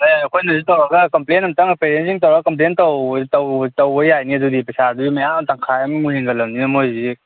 ꯑꯦ ꯑꯩꯈꯣꯏꯅꯁꯨ ꯇꯧꯔꯒ ꯀꯝꯄ꯭ꯂꯦꯟ ꯑꯝꯇꯪ ꯄꯦꯔꯦꯟꯁꯁꯤꯡ ꯇꯧꯔꯒ ꯀꯝꯄ꯭ꯂꯦꯟ ꯇꯧꯕ ꯌꯥꯏꯅꯦ ꯑꯗꯨꯗꯤ ꯄꯩꯁꯥꯗꯨ ꯃꯌꯥꯝ ꯇꯪꯈꯥꯏꯃꯨꯛ ꯍꯦꯟꯒꯠꯂꯕꯅꯤꯅ ꯃꯣꯏꯁꯤꯗꯤ